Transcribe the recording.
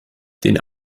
den